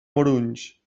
morunys